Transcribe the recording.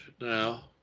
now